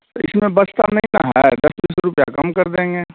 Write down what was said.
इसमें बचता नहीं ना है दस बीस रुपये कम कर देंगे